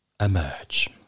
emerge